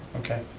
okay,